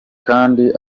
kandi